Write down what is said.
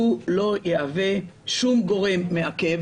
הוא לא יהווה שום גורם מעכב